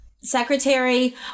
secretary